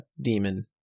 Demon